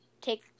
take